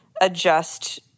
adjust